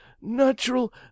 natural